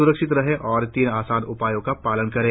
स्रक्षित रहें और तीन आसान उपायों का पालन करें